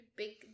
big